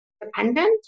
dependent